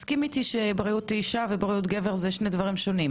בריאות של אשה ושל גבר זה דברים שונים.